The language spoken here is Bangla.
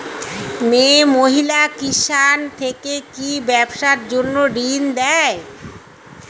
মিয়ে মহিলা কিষান থেকে কি ব্যবসার জন্য ঋন দেয়?